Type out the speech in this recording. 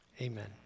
amen